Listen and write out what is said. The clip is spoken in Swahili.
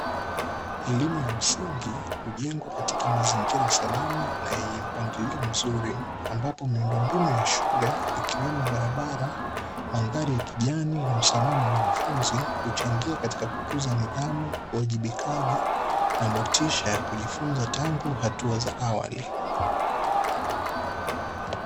Elimu ya msingi hujengwa katika mazingira salama na yenye mpangilio mzuri, ambapo miundombinu ya shule ikiwemo: barabara, mandhari ya kijani na usalama wa wanafunzi; kuchangia katika kukuza nidhamu uwajibikaji na motisha ya kujifunza tangu hatua za awali.